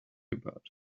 about